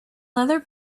leather